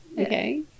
Okay